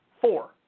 Four